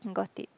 got it